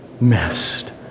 messed